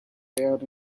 aired